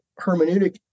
hermeneutic